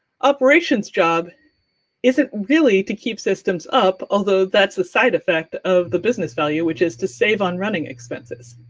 operations job isn't really to keep systems up, although that's a side effect of the business value, which is to save on running expenses.